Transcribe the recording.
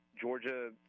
Georgia –